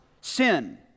sin